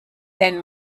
then